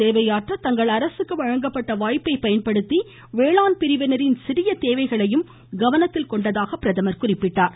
சேவையாற்ற தங்கள் அரசுக்கு விவசாயிகளுக்கு வழங்கப்பட்ட வாய்ப்பை பயன்படுத்தி வேளாண் பிரிவினரின் சிறிய தேவைகளையும் கவனத்தில் கொண்டதாக அவர் குறிப்பிட்டார்